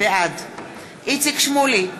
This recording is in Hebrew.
בעד איציק שמולי,